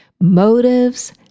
Motives